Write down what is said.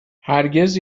هرگز